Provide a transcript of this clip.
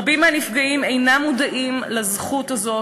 רבים מהנפגעים אינם מודעים לזכות הזאת,